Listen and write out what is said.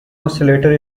oscillator